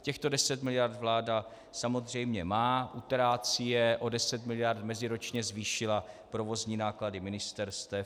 Těchto 10 mld. vláda samozřejmě má, utrácí je, o 10 mld. meziročně zvýšila provozní náklady ministerstev.